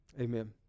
amen